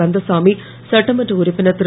கந்தசாமி சட்டமன்ற உறுப்பினர் திரு